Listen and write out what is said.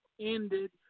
ended